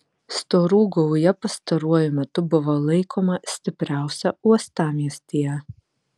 storų gauja pastaruoju metu buvo laikoma stipriausia uostamiestyje